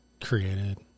created